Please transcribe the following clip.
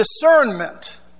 discernment